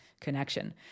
connection